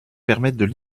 permettent